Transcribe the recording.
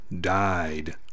died